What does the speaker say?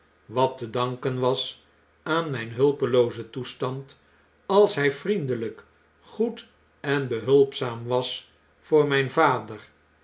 wat te danken was aan mijn hulpeloozen toestand als hij vriendelijk goed en behulpzaam was voor mijn vader